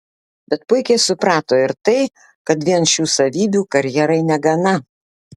bet puikiai suprato ir tai kad vien šių savybių karjerai negana